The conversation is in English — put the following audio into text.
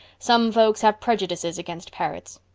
some folks have prejudices against parrots.